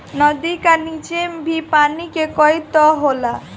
नदी का नीचे भी पानी के कई तह होला